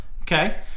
Okay